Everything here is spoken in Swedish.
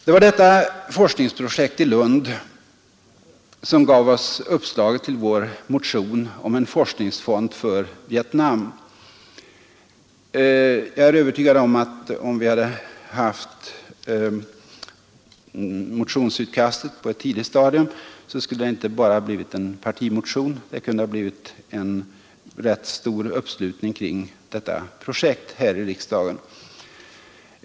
Det var detta forskningsprojekt i Lund som gav oss uppslaget till vår motion om en forskningsfond för Vietnam. Jag är övertygad om att om vi hade haft motionsutkastet klart på ett tidigt stadium, så skulle det inte ha blivit bara en partimotion, utan då kunde det ha blivit rätt stor uppslutning kring det projektet här i riksdagen.